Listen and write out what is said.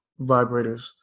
vibrators